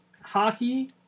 Hockey